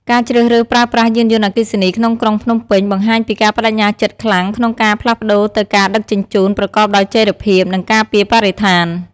ការជ្រើសរើសប្រើប្រាស់យានយន្តអគ្គីសនីក្នុងក្រុងភ្នំពេញ បង្ហាញពីការប្តេជ្ញាចិត្តខ្លាំងក្នុងការផ្លាស់ប្តូរទៅការដឹកជញ្ជូនប្រកបដោយចីរភាព និងការពារបរិស្ថាន។